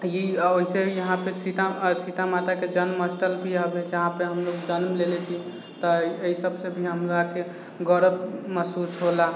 अइसे ही यहाँपर सीतामढ़ी सीता माताके जन्म स्थल भी आबै छै जहाँपर हमनि जन्म लेने छी तऽ एहि सभसँ भी हमराके गौरव महसूस होला